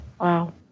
Wow